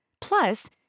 Plus